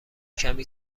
کمی